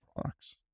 products